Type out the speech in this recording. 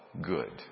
good